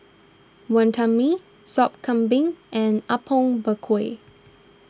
Wantan Mee Sop Kambing and Apom Berkuah